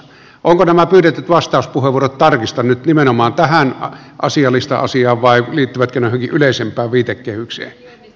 ovatko nämä pyydetyt vastauspuheenvuorot tarkistan nyt nimenomaan tähän asialistan asiaan vai liittyvätkö ne johonkin yleisempään viitekehykseen